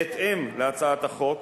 בהתאם להצעת החוק,